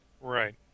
Right